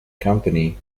company